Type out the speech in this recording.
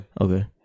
Okay